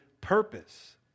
purpose